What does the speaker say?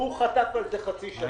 וגפני חטף על זה חצי שנה.